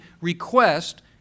request